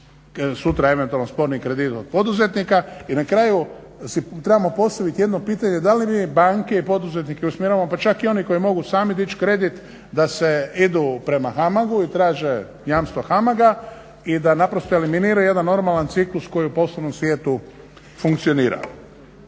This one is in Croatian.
sutra eventualno sporni kredit od poduzetnika. I na kraju si trebamo postaviti jedno pitanje da li mi banke i poduzetnike usmjeravamo, pa čak i oni koji mogu sami dići kredit da se idu prema HAMAG-u i traže jamstva HAMAG i da naprosto eliminira jedan normalan ciklus koji u poslovnom svijetu funkcionira.